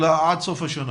עד סוף השנה?